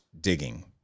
digging